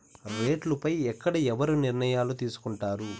రేట్లు పై ఎక్కడ ఎవరు నిర్ణయాలు తీసుకొంటారు?